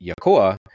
Yakoa